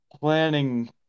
planning